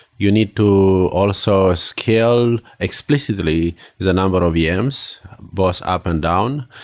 you need to also scale explicitly the number of vms both up and down.